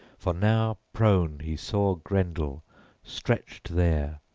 for now prone he saw grendel stretched there,